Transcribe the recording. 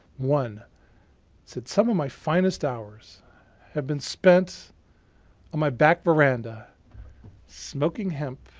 one said, some of my finest hours have been spent on my back veranda smoking hemp